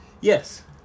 Yes